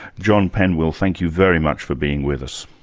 john penwill, thank you very much for being with us.